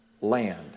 land